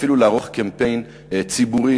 ואפילו לערוך קמפיין ציבורי,